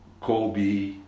Kobe